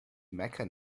mecca